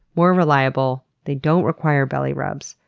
more reliable, they don't require belly rubs.